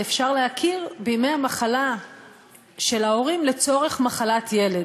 ואפשר להכיר בימי המחלה של ההורים לצורך מחלת ילד.